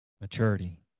maturity